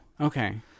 Okay